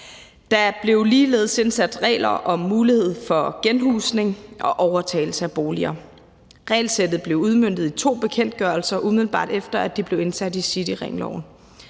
Der blev ligeledes indsat regler om mulighed for genhusning og overtagelse af boliger. Regelsættet blev udmøntet i to bekendtgørelser, umiddelbart efter at det blev indsat i Cityringloven.